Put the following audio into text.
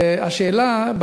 והשאלה,